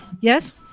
yes